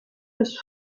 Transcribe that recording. des